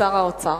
ושר האוצר,